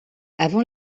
avant